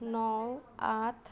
ন আঠ